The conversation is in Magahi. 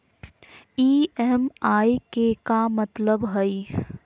ई.एम.आई के का मतलब हई?